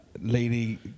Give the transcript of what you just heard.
Lady